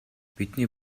бидний